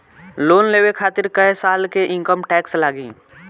Loan लेवे खातिर कै साल के इनकम टैक्स लागी?